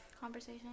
Conversation